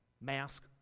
mask